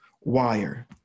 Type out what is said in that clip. wire